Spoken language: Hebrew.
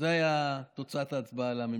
זו הייתה תוצאת ההצבעה לממשלה.